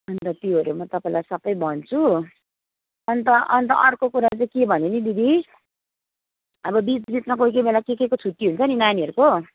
अन्त त्योहरू म तपाईँलाई सबै भन्छु अन्त अन्त अर्को कुरा चाहिँ के भने नि दिदी अब बिचबिचमा कोही के बेला के केको छुट्टी हुन्छ नि नानीहरूको